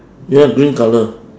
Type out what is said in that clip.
ya green colour